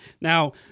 Now